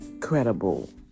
credible